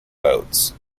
votes